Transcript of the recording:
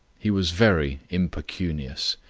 he was very impecunious.